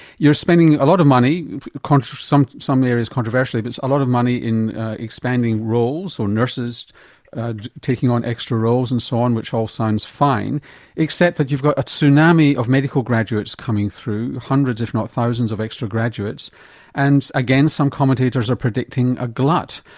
you're spending a lot of money in kind of some some areas controversially, but it's a lot of money in expanding roles or nurses taking on extra roles and so on which all sounds fine except that you've got a tsunami of medical graduates coming through, hundreds if not thousands of extra graduates and again some commentators are predicting a glut.